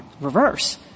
reverse